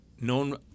known